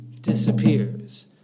disappears